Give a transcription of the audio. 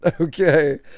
okay